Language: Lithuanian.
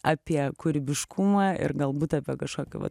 apie kūrybiškumą ir galbūt apie kažkokį vat